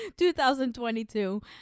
2022